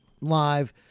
live